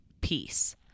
peace